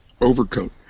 overcoat